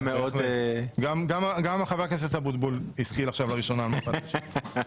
גם חבר הכנסת אבוטבול השכיל עכשיו לראשונה על מפת היישובים.